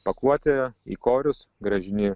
pakuotę į korius grąžini